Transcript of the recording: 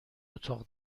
اتاق